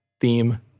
theme